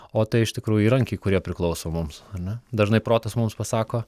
o tai iš tikrųjų įrankiai kurie priklauso mums ar ne dažnai protas mums pasako